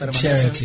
Charity